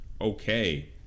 okay